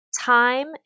Time